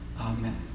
Amen